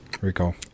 Recall